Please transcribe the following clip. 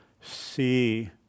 see